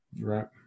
Right